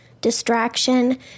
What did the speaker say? distraction